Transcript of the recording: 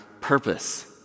purpose